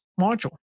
module